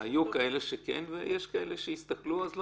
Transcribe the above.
היו כאלה שכן, אבל גם יש כאלה שיסתכלו אחרת.